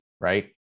right